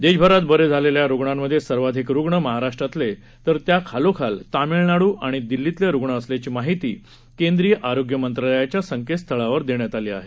देशभरात बरे झालेल्या रुग्णांमधे सर्वाधिक रुग्ण महाराष्ट्रातले तर त्याखालोखाल तामिळनाडू आणि दिल्लीतले रुग्ण असल्याची माहिती केंद्रीय आरोग्यमंत्रालयाची संकेतस्थळावर दिली आहे